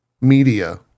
media